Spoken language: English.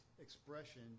expression